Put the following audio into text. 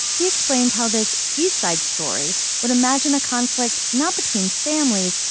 he explained how this east side story would imagine a conflict not between families,